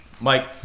Mike